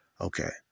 Okay